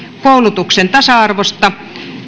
koulutuksen tasa arvosta